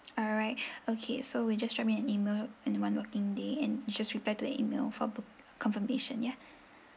alright okay so we just drop you an email in one working day and you just reply to the email for boo~ confirmation ya